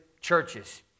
churches